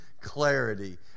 clarity